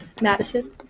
Madison